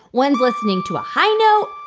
one's listening to a high note,